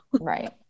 Right